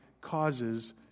causes